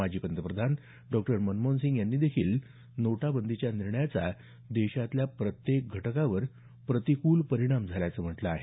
माजी पंतप्रधान डॉ मनमोहन सिंग यांनीदेखील नोटाबंदीच्या निर्णयाचा देशातल्या प्रत्येक घटकावर प्रतिकूल परिणाम झाल्याचं म्हटलं आहे